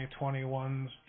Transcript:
2021's